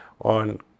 on